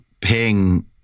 paying